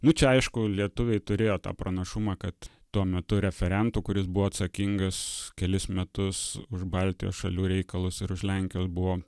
nu čia aišku lietuviai turėjo tą pranašumą kad tuo metu referentu kuris buvo atsakingas kelis metus už baltijos šalių reikalus ir už lenkijos buvo